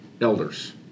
elders